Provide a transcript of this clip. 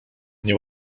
nie